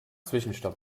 zwischenstopp